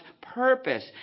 purpose